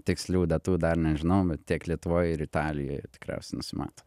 tikslių datų dar nežinaubet tiek lietuvoj ir italijoje tikriausiai nusimato